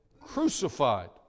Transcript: crucified